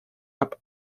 cup